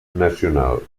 nacional